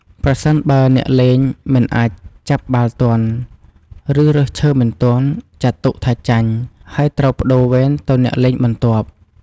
ប្រសិនបើអ្នកលេងមិនអាចចាប់បាល់ទាន់ ឬរើសឈើមិនទាន់ ចាត់ទុកថាចាញ់ ហើយត្រូវប្ដូរវេនទៅអ្នកលេងបន្ទាប់។